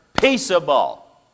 peaceable